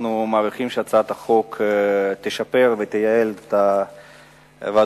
אנחנו מעריכים שהצעת החוק תשפר ותייעל את עבודת